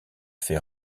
fait